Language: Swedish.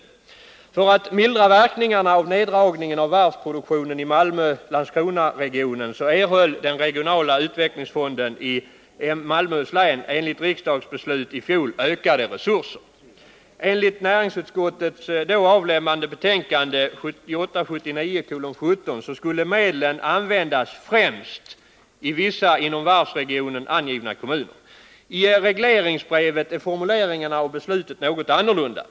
För att mildra verkningarna av neddragningen av varvsproduktionen i Malmö-Landskronaregionen erhöll den regionala utvecklingsfonden i Malmöhus län enligt riksdagsbeslut i fjol ökade resurser. Enligt näringsutskottets då avlämnade betänkande 1978/79:17 skulle medlen användas främst i vissa inom varvsregionen angivna kommuner. I regleringsbrevet är formuleringarna av beslutet något annorlunda.